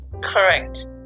Correct